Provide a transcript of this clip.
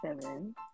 seven